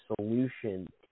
solution